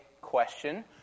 question